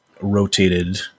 rotated